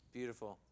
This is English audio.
Beautiful